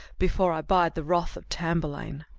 before i bide the wrath of tamburlaine.